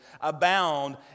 abound